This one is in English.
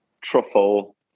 Truffle